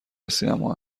سینما